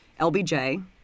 LBJ